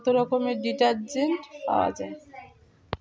কত রকমের ডিটারজেন্ট পাওয়া যায়